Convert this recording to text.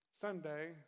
Sunday